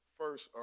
first